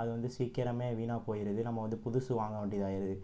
அது வந்து சீக்கிரமே வீணாக போயிடுது நம்ம வந்து புதுசு வாங்க வேண்டியதாயிடுது